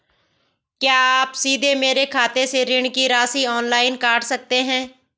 क्या आप सीधे मेरे खाते से ऋण की राशि ऑनलाइन काट सकते हैं?